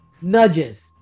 Nudges